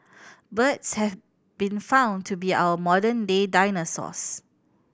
birds have been found to be our modern day dinosaurs